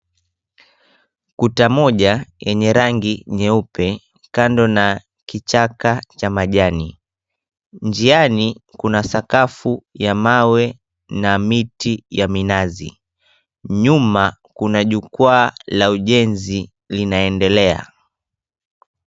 Kuta moja yenye rangi nyeupe kando na kichaka cha majani. Njiani kuna sakafu ya mawe na miti ya minazi. Nyuma kuna jukwaa la ujenzi linaendelea.